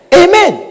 amen